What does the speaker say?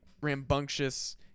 rambunctious